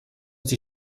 die